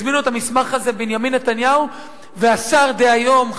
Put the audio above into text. הזמינו את המסמך הזה בנימין נתניהו והשר דהיום,